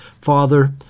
Father